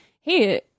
hey